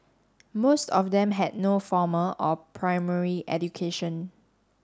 most of them had no formal or primary education